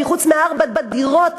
כי חוץ מארבעה קירות של דירת "עמידר"